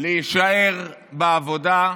להישאר בעבודה,